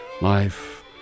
Life